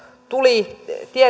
tuli